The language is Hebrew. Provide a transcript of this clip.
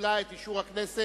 קיבלה את אישור הכנסת,